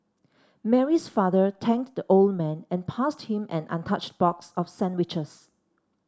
Mary's father thanked the old man and passed him an untouched box of sandwiches